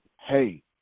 hey